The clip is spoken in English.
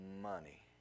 Money